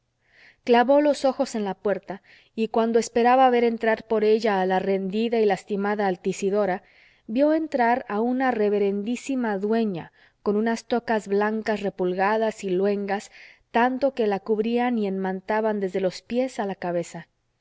clavó los ojos en la puerta y cuando esperaba ver entrar por ella a la rendida y lastimada altisidora vio entrar a una reverendísima dueña con unas tocas blancas repulgadas y luengas tanto que la cubrían y enmantaban desde los pies a la cabeza